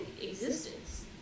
existence